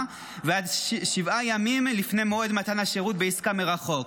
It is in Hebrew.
ועד שבעה ימים לפני מועד מתן השירות בעסקה מרחוק.